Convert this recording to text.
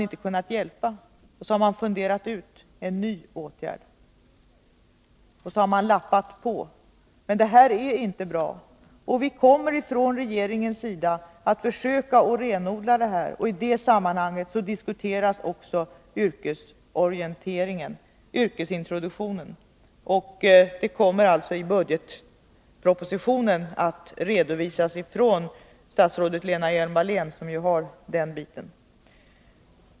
Då har man funderat ut en ny åtgärd och lappat på med den. Men det här är inte bra. Vi kommer från regeringens sida att försöka att renodla området, och i det sammanhanget diskuteras också yrkesintroduktionen. Detta kommer alltså att redovisas i budgetpropositionen av statsrådet Lena Hjelm-Wallén, som har hand om den biten.